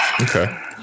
okay